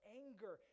anger